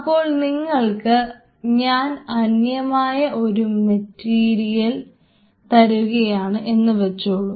അപ്പോൾ നിങ്ങൾക്ക് ഞാൻ അന്യമായ ഒരു മെറ്റീരിയൽ തരുകയാണ് എന്ന് വിചാരിച്ചോളു